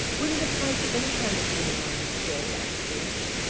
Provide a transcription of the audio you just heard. would it apply to any kind of dinner on this day? asked scrooge.